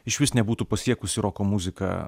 išvis nebūtų pasiekusi roko muzika